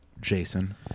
Jason